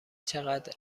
چقدر